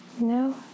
No